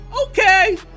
Okay